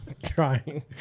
Trying